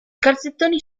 calzettoni